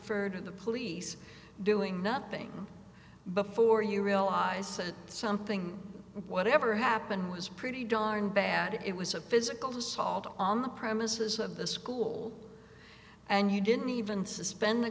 to the police doing nothing but before you realize something whatever happened was pretty darn bad it was a physical assault on the premises of the school and you didn't even suspend the